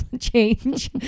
change